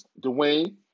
Dwayne